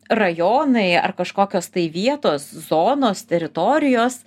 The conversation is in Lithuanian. rajonai ar kažkokios tai vietos zonos teritorijos